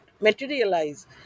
materialize